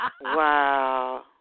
Wow